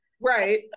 right